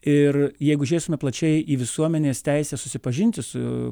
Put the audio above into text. ir jeigu žiūrėsime plačiai į visuomenės teisę susipažinti su